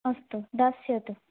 अस्तु दास्यतु